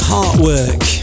Heartwork